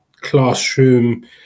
classroom